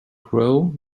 grow